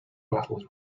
battles